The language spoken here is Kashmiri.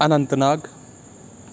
اننت ناگ